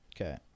Okay